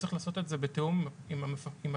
צריך לעשות את זה בתיאום עם הפיקוח.